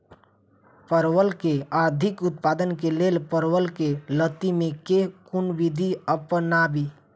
परवल केँ अधिक उत्पादन केँ लेल परवल केँ लती मे केँ कुन विधि अपनाबी?